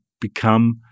become